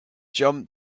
jump